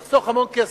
נחסוך המון כסף.